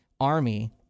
army